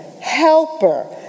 helper